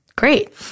Great